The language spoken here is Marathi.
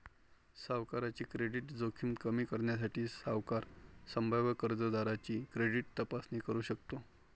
सावकाराची क्रेडिट जोखीम कमी करण्यासाठी, सावकार संभाव्य कर्जदाराची क्रेडिट तपासणी करू शकतो